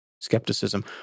skepticism